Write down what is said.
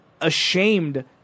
ashamed